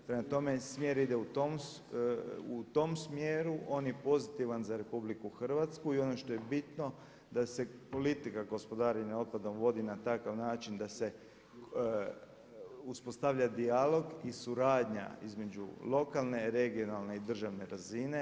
Prema tome, smjer ide u tom smjeru, on je pozitivan za RH i ono što je bitno da se politika gospodarenja otpadom vodi na takav način da se uspostavlja dijalog i suradnja između lokalne, regionalne i državne razine.